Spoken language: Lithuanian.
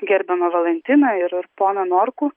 gerbiamą valantiną ir poną norkų